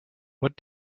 what